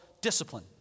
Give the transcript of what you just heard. discipline